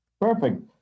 Perfect